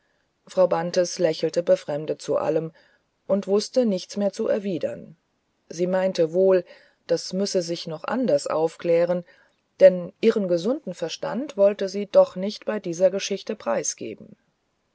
frau bantes lächelte befremdet zu dem allem und wußte nichts mehr zu erwidern sie meinte nur das müsse sich noch anders aufklären denn ihren gesunden verstand wolle sie doch nicht bei dieser geschichte preisgeben